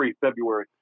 February